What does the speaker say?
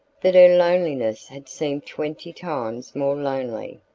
that her loneliness had seemed twenty times more lonely.